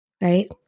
right